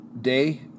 day